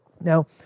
Now